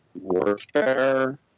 warfare